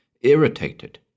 irritated